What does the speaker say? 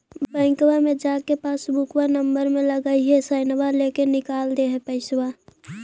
बैंकवा मे जा के पासबुकवा नम्बर मे लगवहिऐ सैनवा लेके निकाल दे है पैसवा?